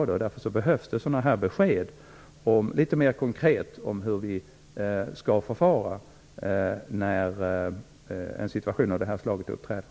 Därför behövs det konkreta besked om hur vi skall förfara i en sådan situation.